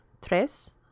tres